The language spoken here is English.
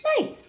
Nice